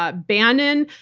ah bannon.